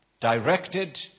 directed